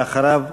ואחריו,